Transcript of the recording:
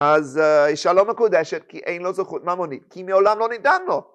אז האשה לא מקודשת, כי אין לו זכות ממונית, כי מעולם לא ניתן לו.